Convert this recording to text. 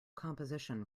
composition